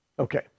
Okay